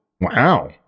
Wow